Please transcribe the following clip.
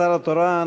השר התורן,